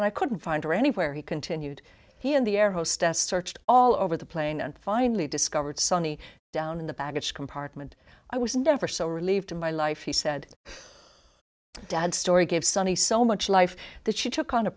and i couldn't find her anywhere he continued he and the air hostess searched all over the plane and finally discovered sonny down in the baggage compartment i was never so relieved in my life he said dad story gave sunny so much life that she took on a